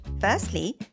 Firstly